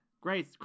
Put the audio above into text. Grace